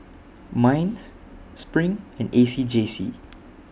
Minds SPRING and A C J C